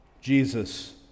Jesus